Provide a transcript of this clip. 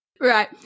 Right